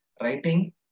writing